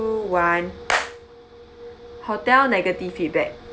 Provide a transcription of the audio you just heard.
one hotel negative feedback